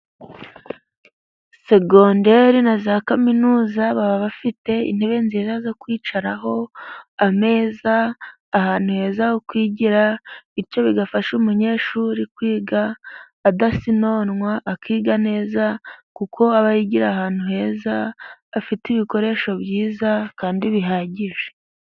Segonderi na za kaminuza baba bafite intebe nziza zo kwicaraho, ameza ,ahantu heza ho kwigira ,bityo bigafasha umunyeshuri kwiga adasinonwa ,akiga neza kuko aba yigira ahantu heza, afite ibikoresho byiza kandi bihagije.